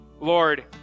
Lord